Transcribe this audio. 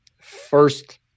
first